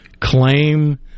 claim